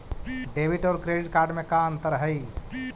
Debit और credit card में का अंतर हइ?